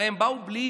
הרי הם באו בלי